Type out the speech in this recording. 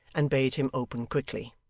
and bade him open quickly.